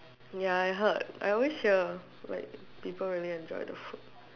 ya I heard I always hear like people really enjoy the food